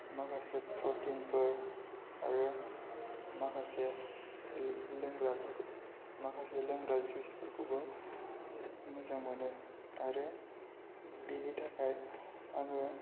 माखासे प्रटिनफोर आरो माखासे लोंग्राफोरखौ माखासे लोंग्रा जुइसफोरखौबो मोजां मोनो आरो बिनि थाखाय आङो